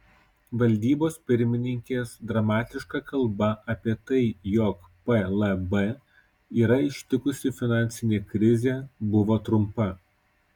valdybos pirmininkės dramatiška kalba apie tai jog plb yra ištikusi finansinė krizė buvo trumpa